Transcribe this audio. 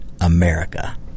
America